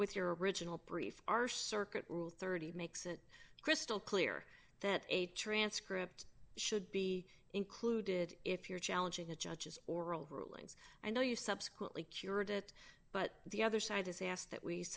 with your original brief our circuit rule thirty makes it crystal clear that a transcript should be included if you're challenging the judge's oral rulings i know you subsequently curate it but the other side has asked that we